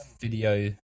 video